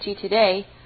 today